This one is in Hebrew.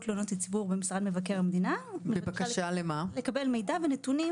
תלונות הציבור במשרד מבקר המדינה בבקשה לקבל מידע ונתונים